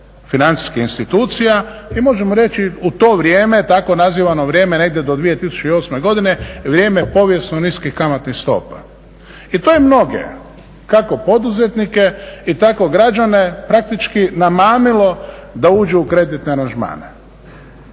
financijskih institucija i možemo reći u to vrijeme, tako nazivano vrijeme negdje do 2008. godine vrijeme povijesno niskih kamatnih stopa. I to je mnoge, kako poduzetnike, i tako građane praktički namamilo da uđe u kredit aranžmane.